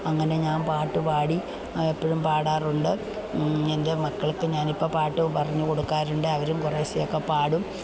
അങ്ങനെ ഞാൻ പട്ടുപാടി എപ്പോഴും പാടാറുണ്ട് എൻ്റെ മക്കൾക്കും ഞാൻ ഇപ്പം പാട്ടു പറഞ്ഞുകൊടുക്കാറുണ്ട് അവരും കുറേശ്ശയൊക്കെ പാടും